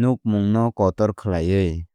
nukmungno kotor khlaiwi.